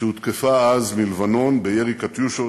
שהותקפה אז מלבנון בירי "קטיושות".